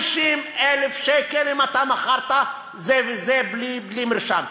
50,000 שקל אם אתה מכרת זה וזה בלי מרשם.